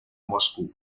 moscú